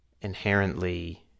inherently